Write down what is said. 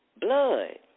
blood